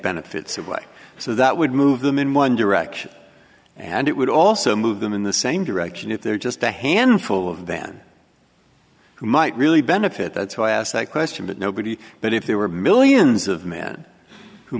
benefits away so that would move them in one direction and it would also move them in the same direction if they're just a handful of then who might really benefit that's why i asked that question but nobody but if there were millions of men who